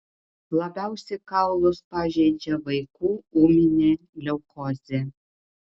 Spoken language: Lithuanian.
labiausiai kaulus pažeidžia vaikų ūminė leukozė